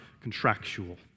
contractual